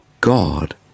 God